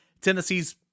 Tennessee's